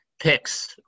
picks